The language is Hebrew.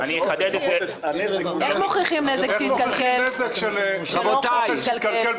איך מוכיחים נזק של אוכל שהתקלקל?